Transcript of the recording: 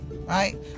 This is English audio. Right